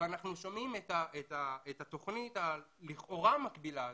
ושומעים את התוכנית הלכאורה מקבילה הזאת,